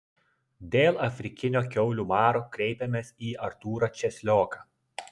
dėl afrikinio kiaulių maro kreipėmės į artūrą česlioką